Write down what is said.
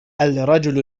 الرجل